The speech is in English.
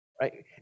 right